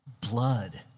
blood